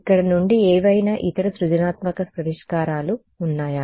ఇక్కడ నుండి ఏవైనా ఇతర సృజనాత్మక పరిష్కారాలు ఉన్నాయా